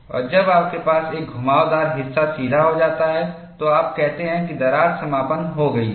और जब आपके पास एक घुमावदार हिस्सा सीधा हो जाता है तो आप कहते हैं कि दरार समापन हो गई है